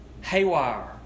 haywire